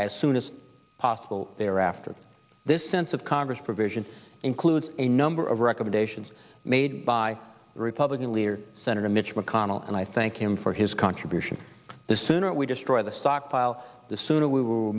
as soon as possible there after this sense of congress provision includes a number of recommendations made by the republican leader senator mitch mcconnell and i thank him for his contribution the sooner we destroy the stockpile the sooner we will